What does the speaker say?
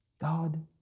God